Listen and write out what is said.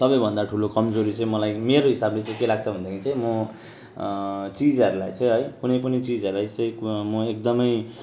सबैभन्दा ठुलो कमजोरी चाहिँ मलाई मेरो हिसाबले चाहिँ के लाग्छ भनेदेखि चाहिँ म चिजहरूलाई चहिँ कुनै पनि चिजहरूलाई चाहिँ म एकदमै